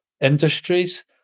industries